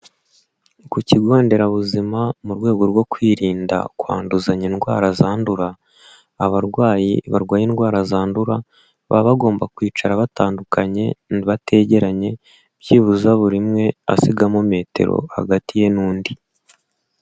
Ku kigonderabuzima mu rwego rwo kwirinda kwanduzanya indwara zandura, abarwayi barwaye indwara zandura, baba bagomba kwicara batandukanye, bategeranye, byibuze buri umwe asigamo metero hagati ye n'undi.